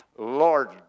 Lord